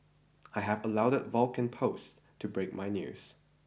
I have allowed the Vulcan post to break my news